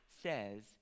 says